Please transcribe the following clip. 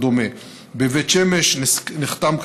בבית שמש נחתם,